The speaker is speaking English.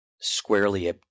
squarely